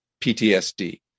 PTSD